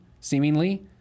seemingly